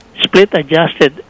split-adjusted